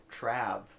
Trav